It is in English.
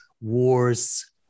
wars